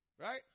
Right